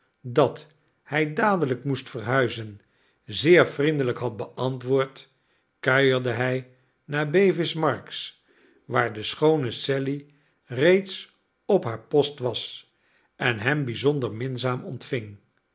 dat hij dadelijk moest verhuizen zeer vriendelijk had beantwoord kuierde hij naar bevis marks waar de schoone sally reeds op haar post was en hem bijzonder minzaam ontving